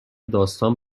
داستان